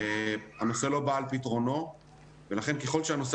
הנושא לא בא על פתרונו ולכן ככל שלא